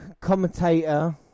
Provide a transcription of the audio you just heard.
commentator